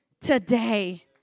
today